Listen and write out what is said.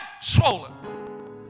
swollen